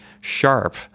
sharp